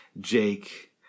Jake